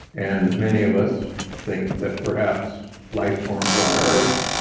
and many of us think that perhaps lifeforms on earth,